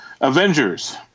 Avengers